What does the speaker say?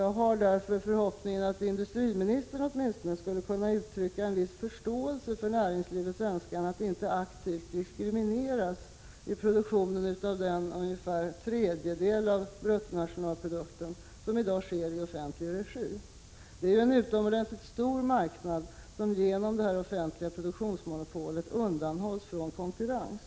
Jag har därför förhoppningen att åtminstone industriministern ER skulle kunna uttrycka en viss förståelse för näringslivets önskan att inte aktivt diskrimineras vid produktionen av ungefär den tredjedel av bruttonationalprodukten som i dag sker i offentlig regi. Det är en utomordentligt stor marknad som genom detta offentliga produktionsmonopol undanhålls från konkurrens.